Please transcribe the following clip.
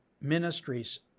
ministries